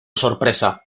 sorpresa